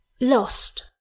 lost